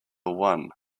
one